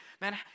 Man